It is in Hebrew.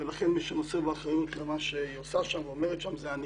לכן מי שנושא באחריות למה שהיא עושה שם ואומרת שם זה אני